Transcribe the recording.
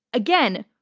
again,